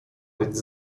być